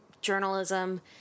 journalism